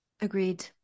Agreed